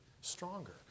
stronger